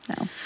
no